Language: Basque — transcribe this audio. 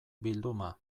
bilduma